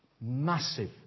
massive